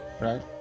right